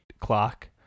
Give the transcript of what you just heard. clock